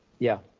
yeah.